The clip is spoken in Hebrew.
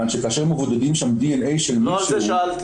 שכאשר מבודדים שם דנ"א של מישהו --- לא על זה שאלתי.